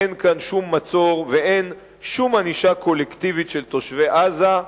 אין כאן שום מצור ואין שום ענישה קולקטיבית של תושבי עזה,